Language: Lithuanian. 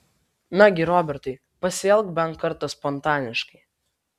nagi robertai pasielk bent kartą spontaniškai